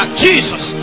jesus